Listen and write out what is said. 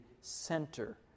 center